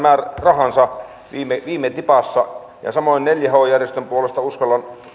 rahansa viime viime tipassa ja samoin neljä h järjestön puolesta uskallan